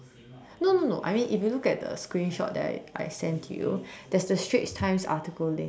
no no no I mean if you look at the screenshot that I I sent you there's a Straits times article link